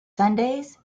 sundays